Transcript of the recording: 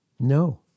No